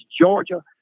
Georgia